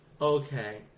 Okay